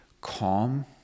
calm